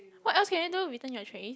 what else can you do return your trays